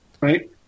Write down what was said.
Right